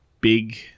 big